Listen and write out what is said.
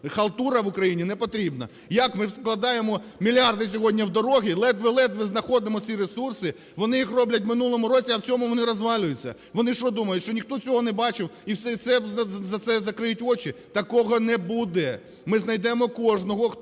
халтура в Україні не потрібна. Як ми складаємо мільярди сьогодні в дороги, ледве-ледве знаходимо ці ресурси, вони їх роблять в минулому році, а в цьому вони розвалюються. Вони що, думають, що ніхто цього не бачив і на це закриють очі? Такого не буде. Ми знайдемо кожного, хто